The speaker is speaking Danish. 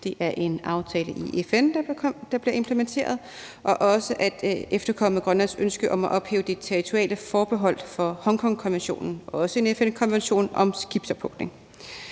Det er en aftale i FN, der bliver implementeret. Det handler også om at efterkomme Grønlands ønske om at ophæve det territoriale forbehold for Hongkongkonventionen, som også er en FN-konvention, om skibsophugning.